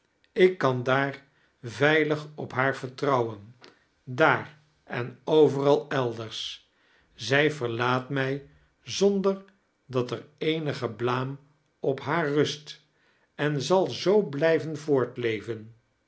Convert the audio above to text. ik kan daar veilig op haar vertrouwen daar en oveiral elders zij verlaat mij zondei dat er eenige blaam op haar rust en zal zoo blijven